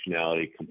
functionality